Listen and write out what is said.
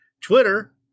Twitter